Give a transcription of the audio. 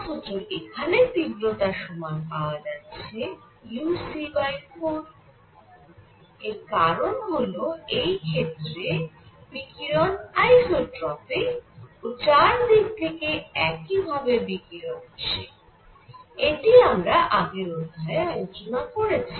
অথচ এখানে তীব্রতা সমান পাওয়া যাচ্ছে uc4 এর কারণ হল এই ক্ষেত্রে বিকিরণ আইসোট্রপিক ও চার দিক থেকে একই ভাবে বিকিরণ আসে এটি আমরা আগের অধ্যায়ে আলোচনা করেছি